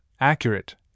accurate